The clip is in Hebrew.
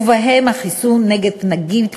ובהם החיסון נגד נגיף ה"רוטה",